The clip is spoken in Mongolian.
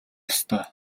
ёстой